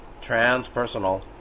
transpersonal